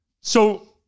So-